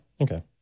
okay